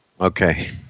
Okay